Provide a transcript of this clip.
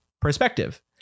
perspective